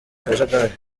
kajagari